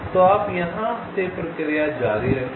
तो आप यहां से प्रक्रिया जारी रखें